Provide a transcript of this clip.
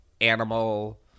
animal